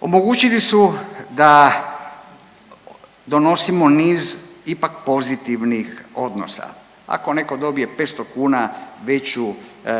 omogućili su da donosimo niz ipak pozitivnih odnosa. Ako neko dobije 500 kuna veću